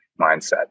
mindset